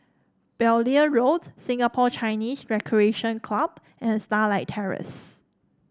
Beaulieu Road Singapore Chinese Recreation Club and Starlight Terrace